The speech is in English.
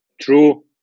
true